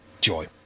Joy